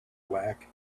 black